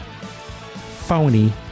phony